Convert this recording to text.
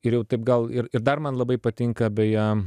ir jau taip gal ir ir dar man labai patinka beje